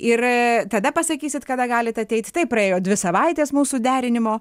ir tada pasakysit kada galit ateit taip praėjo dvi savaitės mūsų derinimo